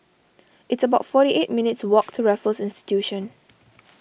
it's about forty eight minutes' walk to Raffles Institution